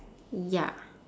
ya